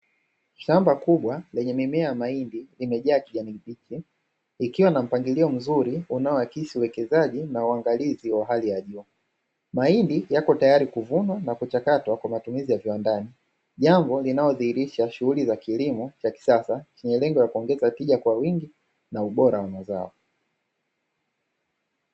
Shamba kubwa lenye mimea ya mahindi, limejaa kijamii ikiwa na mpangilio mzuri unaoakisi uwekezaji na uangalizi wa hali ya juu, mahindi yako tayari kuvunwa na kuchakatwa kwa matumizi ya viwandani jambo linalodhihirisha shughuli za kilimo cha kisasa chenye lengo la kuongeza tija kwa wingi na ubora wa mazao.